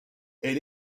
elle